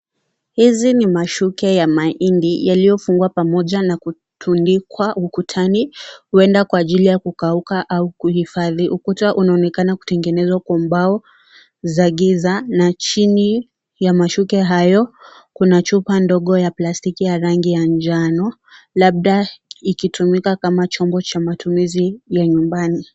Hizi ni mashuke ya mahindi yaliyofungwa pamoja na kutundikwa ukutani huenda kwa ajili ya kukauka au kuhifadhi, ukuta unaonekana kutengenezwa kwa mbao za giza, na chini ya mashuke hayo kuna chupa ndogo ya plastiki ya rangi ya njano labda ikitumika kama chombo cha matumizi nyumbani .